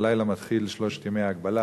הלילה מתחילים שלושת ימי ההגבלה